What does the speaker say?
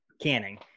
canning